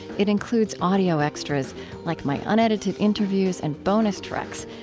it includes audio extras like my unedited interviews and bonus tracks.